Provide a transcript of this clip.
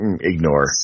ignore